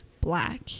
black